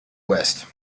west